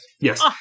Yes